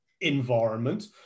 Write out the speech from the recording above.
environment